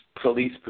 police